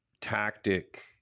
tactic